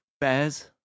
Bears